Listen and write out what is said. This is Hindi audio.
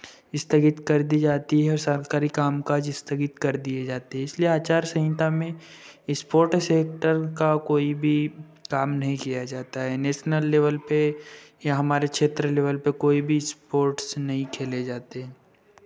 स्थगित कर दी जाती है सरकारी काम काज स्थगित कर दिए जाते है इसलिए आचारसंहिता में स्पोर्ट सेक्टर का कोई भी काम नहीं किया जाता है नेशनल लेवल पे या हमारे क्षेत्र लेवल पे कोई भी स्पोर्ट्स नहीं खेले जाते